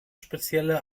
spezielle